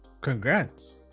congrats